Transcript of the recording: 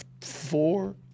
four